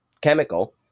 chemical